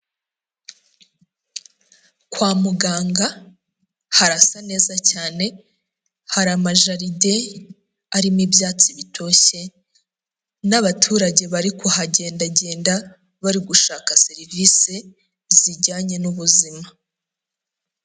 Kwa muganga harasa neza cyane, hari amajaride arimo ibyatsi bitoshye n'abaturage bari kuhagendagenda, bari gushaka serivisi zijyanye n'ubuzima.